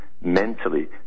mentally